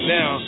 Now